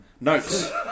Notes